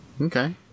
Okay